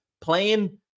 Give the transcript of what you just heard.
Playing